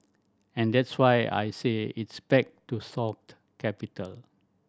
and that's why I say it's back to soft capital